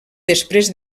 després